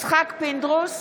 יצחק פינדרוס,